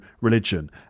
religion